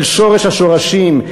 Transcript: אל שורש השורשים,